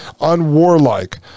unwarlike